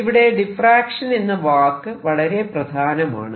ഇവിടെ ഡിഫ്റാക്ഷൻ എന്ന വാക്ക് വളരെ പ്രധാനമാണ്